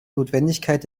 notwendigkeit